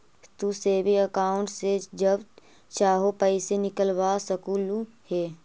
तू saving account से जब चाहो पैसे निकलवा सकलू हे